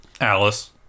alice